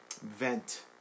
vent